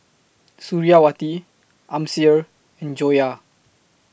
Suriawati Amsyar and Joyah